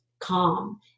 calm